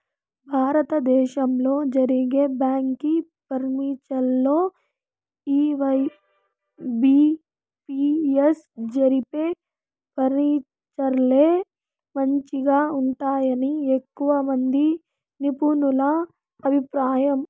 భారత దేశంలో జరిగే బ్యాంకి పరీచ్చల్లో ఈ ఐ.బి.పి.ఎస్ జరిపే పరీచ్చలే మంచిగా ఉంటాయని ఎక్కువమంది నిపునుల అభిప్రాయం